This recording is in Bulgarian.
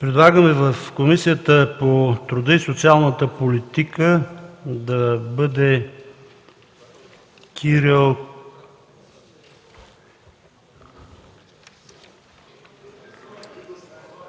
Предлагаме в Комисията по труда и социалната политика да бъдат: Кирил